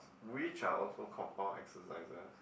which are also compound exercises